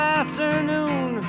afternoon